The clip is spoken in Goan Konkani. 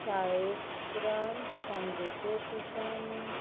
शाळे उपरांत सांजेचें ट्युशन